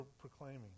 proclaiming